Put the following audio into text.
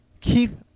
keith